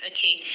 Okay